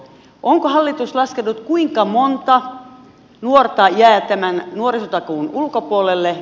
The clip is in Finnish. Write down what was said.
onko hallitus laskenut kuinka monta nuorta jää tämän nuorisotakuun ulkopuolelle